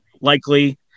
likely